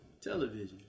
television